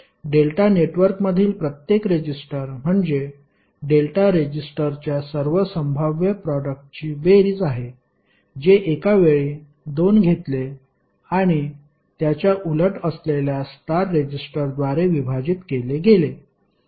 delta नेटवर्कमधील प्रत्येक resistor म्हणजे डेल्टा रेजिस्टर्सच्या सर्व संभाव्य प्रोडक्टची बेरीज आहे जे एका वेळी 2 घेतले आणि त्याच्या उलट असलेल्या स्टार रेजिस्टरद्वारे विभाजित केले गेले